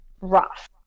rough